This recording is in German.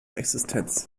existenz